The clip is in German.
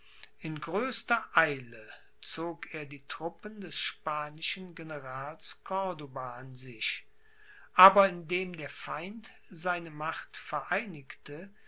in größter eile zog er die truppen des spanischen generals corduba an sich aber indem der feind seine macht vereinigte